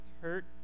hurt